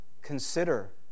Consider